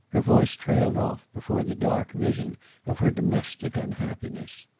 her voice trailed off before the dark vision of her domestic, unhappiness.